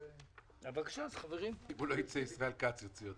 אני חושב שאנחנו נחיה את העיר הזאת.